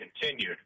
continued